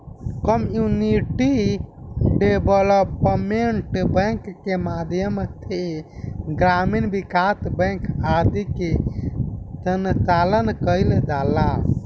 community development bank के माध्यम से ग्रामीण विकास बैंक आदि के संचालन कईल जाला